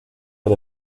del